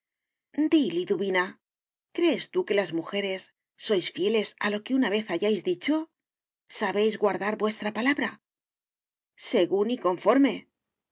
di liduvina crees tú que las mujeres sois fieles a lo que una vez hayáis dicho sabéis guardar vuestra palabra según y conforme